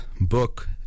book